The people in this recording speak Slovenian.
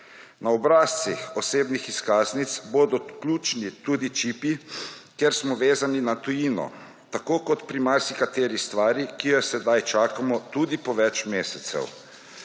Na obrazcih osebnih izkaznic bodo ključni tudi čipi, ker smo vezani na tujino tako kot pri marsikateri stvari, ki jo sedaj čakamo tudi po več mesecev.